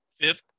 Fifth